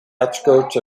outskirts